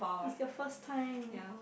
is the first time